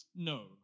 no